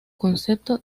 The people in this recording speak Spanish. concepto